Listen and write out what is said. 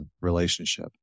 relationship